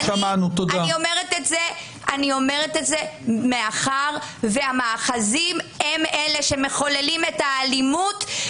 אני אומרת את זה מאחר שהמאחזים הם אלה שמחוללים את האלימות.